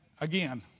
Again